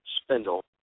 spindle